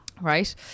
Right